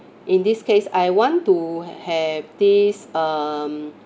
in this case I want to have this um